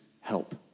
help